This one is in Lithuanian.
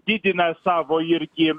didina savo irgi